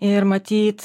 ir matyt